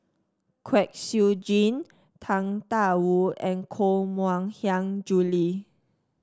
Kwek Siew Jin Tang Da Wu and Koh Mui Hiang Julie